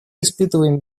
испытываем